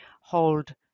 hold